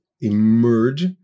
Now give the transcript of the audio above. emerge